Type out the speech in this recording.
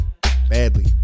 badly